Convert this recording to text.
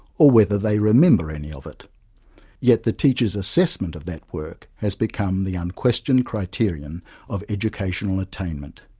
or whether they remember any of it yet the teacher's assessment of that work has become the unquestioned criterion of educational attainment.